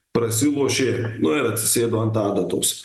prasilošė nu ir atsisėdo ant adatos